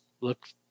look